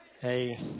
Hey